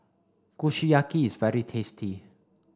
Kushiyaki is very tasty